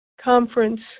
conference